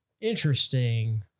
Interesting